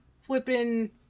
flipping